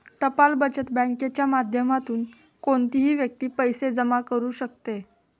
टपाल बचत बँकेच्या माध्यमातून कोणतीही व्यक्ती पैसे जमा करू शकते